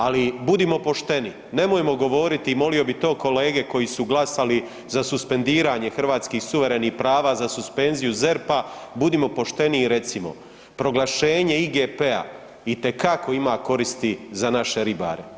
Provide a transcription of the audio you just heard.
Ali budimo pošteni, nemojmo govoriti, molio bi to kolege koji su glasali za suspendiranje hrvatskih suverenih prava za suspenziju ZERP-a, budimo pošteni i recimo proglašenje IGP-a itekako ima koristi za naše ribare.